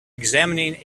examining